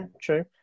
True